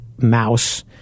mouse